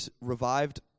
revived